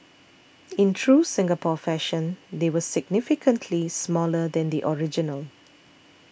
in true Singapore fashion they were significantly smaller than the original